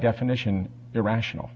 definition irrational